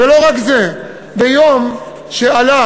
ולא רק זה, ביום שעלה,